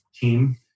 team